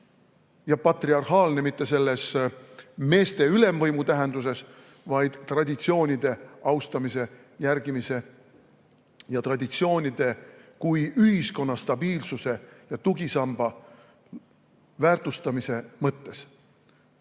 ja patriarhaalne [ühiskond] – mitte selles meeste ülemvõimu tähenduses, vaid traditsioonide austamise, järgimise ja traditsioonide kui ühiskonna stabiilsuse ja tugisamba väärtustamise mõttes.